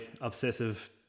obsessive